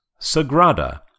Sagrada